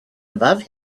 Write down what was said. above